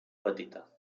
petita